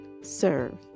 serve